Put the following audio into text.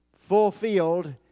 Fulfilled